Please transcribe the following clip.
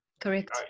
correct